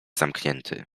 zamknięty